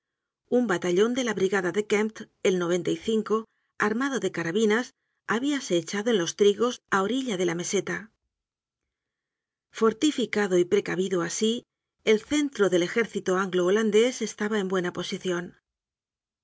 un batallon de la brigada de kempt el armado de carabinas habíase echado en los trigos á orilla de la meseta fortificado y precavido asi el centro del ejército anglo holandés estaba en buena posicion el